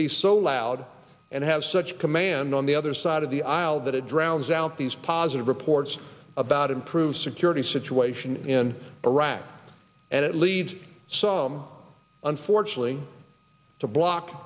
be so loud and have such command on the other side of the aisle that it drowns out these positive reports about improved security situation in iraq and it leads some unfortunately to block